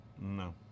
No